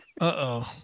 Uh-oh